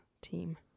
team